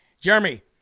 Jeremy